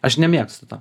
aš nemėgstu to